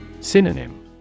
Synonym